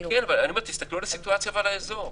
תסתכלו על המצב ועל האזור.